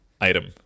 item